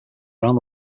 around